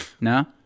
No